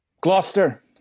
Gloucester